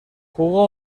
jugó